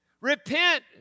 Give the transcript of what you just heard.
repent